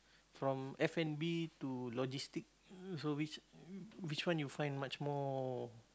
from F-and-B to logistic so which which one you find much more